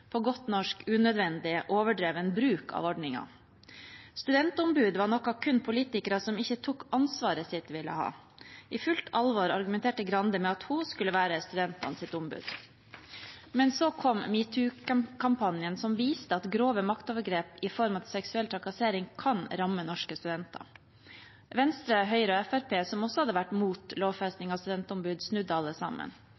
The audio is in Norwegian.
på godt norsk unødvendig og overdreven bruk av ordningen. Studentombud var noe kun politikere som ikke tok ansvar, ville ha. I fullt alvor argumenterte representanten Skei Grande med at hun skulle være studentenes ombud. Men så kom metoo-kampanjen, som viste at grove maktovergrep i form av seksuell trakassering kan ramme norske studenter. Venstre, Høyre og Fremskrittspartiet, som også hadde vært